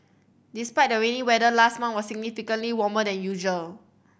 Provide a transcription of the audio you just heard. despite the rainy weather last month was significantly warmer than usual